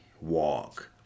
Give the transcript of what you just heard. walk